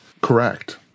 correct